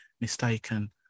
mistaken